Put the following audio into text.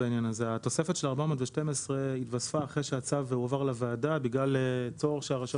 התוספת של 412 התווספה אחרי שהצו הועבר לוועדה בגלל צורך שהרשויות